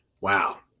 wow